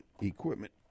equipment